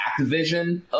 Activision